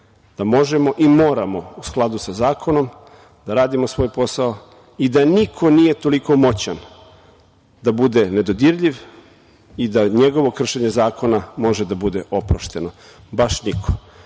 da možemo i moramo u skladu sa zakonom da radimo svoj posao i da nikom nije toliko moćan da bude nedodirljiv i da njegovo kršenje zakona može da bude oprošteno, baš niko.